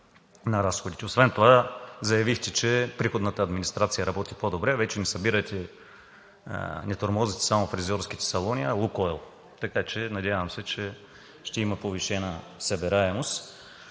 на разходите. Освен това заявихте, че Приходната администрация работи по-добре. Вече не събирате, не тормозите само фризьорските салони, а „Лукойл“, така че, надявам се, че ще има повишена събираемост.